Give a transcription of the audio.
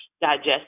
digest